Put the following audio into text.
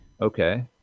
Okay